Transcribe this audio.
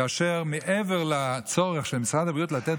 כאשר מעבר לצורך של משרד הבריאות לתת